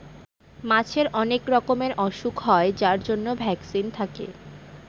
মাছের অনেক রকমের ওসুখ হয় যার জন্য ভ্যাকসিন থাকে